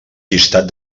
llistat